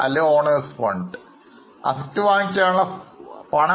പിന്നെ അതു വാങ്ങാനുള്ള പണം